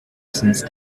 since